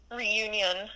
reunion